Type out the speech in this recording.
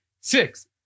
Six